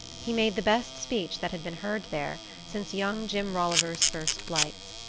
he made the best speech that had been heard there since young jim rolliver's first flights.